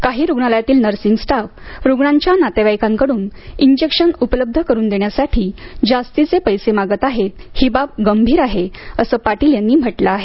काही रुग्णालयातील nursing staff रुग्णांच्या नातेवाइकांकडून इंजेक्शन उपलब्ध करून देण्यासाठी जास्तीचे पैसे मागत आहेत ही बाब गंभीर आहे असे पाटील यांनी म्हटलं आहे